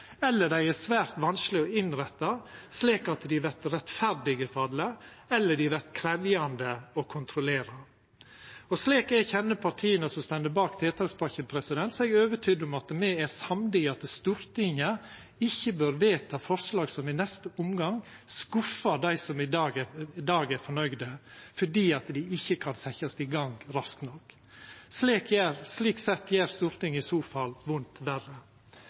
eller dei er svært vanskelege å innretta slik at dei vert rettferdige for alle, eller dei vert krevjande å kontrollera. Slik eg kjenner partia som står bak tiltakspakken, er eg overtydd om at me er samde i at Stortinget ikkje bør vedta forslag som i neste omgang skuffar dei som i dag er fornøgde, fordi dei ikkje kan setjast i gang raskt nok. Slik sett gjer Stortinget i så fall vondt verre.